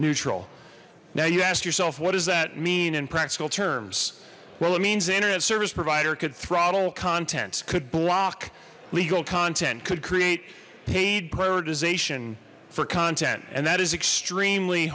neutral now you ask yourself what does that mean in practical terms well it means the internet service provider could throttle content could block legal content could create paid prioritization for content and that is extremely